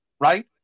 right